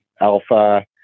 alpha